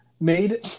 made